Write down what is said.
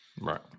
right